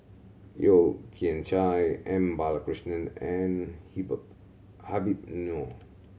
Yeo Kian Chai M Balakrishnan and Habib Noh